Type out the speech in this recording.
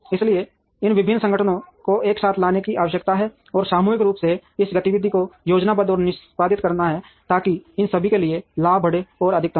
इसलिए इन विभिन्न संगठनों को एक साथ लाने की आवश्यकता है और सामूहिक रूप से इस गतिविधि को योजनाबद्ध और निष्पादित करना है ताकि इन सभी के लिए लाभ बढ़े और अधिकतम हो